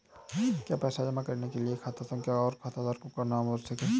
क्या पैसा जमा करने के लिए खाता संख्या और खाताधारकों का नाम आवश्यक है?